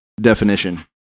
definition